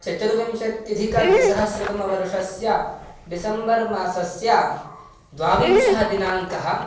चतुर्विंशत्यधिकद्विसहस्रतमवर्षस्य डिसेम्बर् मासस्य द्वाविंशतिः दिनाङ्कः